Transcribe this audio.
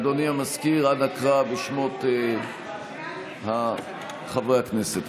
אדוני המזכיר, אנא קרא בשמות חברי הכנסת.